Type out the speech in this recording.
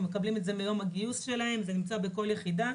הם מקבלים את זה ביום הגיוס שלהם וזה נמצא בכל יחידה,